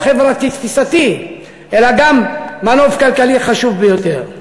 חברתי-תפיסתי אלא גם מנוף כלכלי חשוב ביותר.